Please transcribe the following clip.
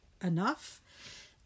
enough